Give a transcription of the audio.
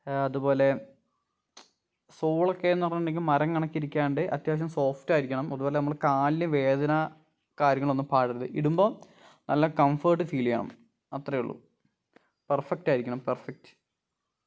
അതുപോലെ സോളൊക്കേന്ന് പറഞ്ഞിട്ടുണ്ടെങ്കിൽ മരം കണക്കിരിക്കാണ്ട് അത്യാവശ്യം സോഫ്റ്റ് ആയിരിക്കണം അതുപോലെ നമ്മള് കാലില് വേദന കാര്യങ്ങളൊന്നും പാടരുത് ഇടുമ്പോൾ നല്ല കംഫേർട്ട് ഫീൽ ചെയ്യണം അത്രയും ഉള്ളു പെർഫെക്റ്റ് ആയിരിക്കണം പെർഫെക്റ്റ്